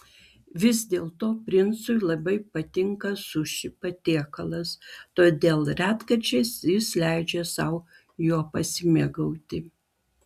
vis dėlto princui labai patinka suši patiekalas todėl retkarčiais jis leidžia sau juo pasimėgauti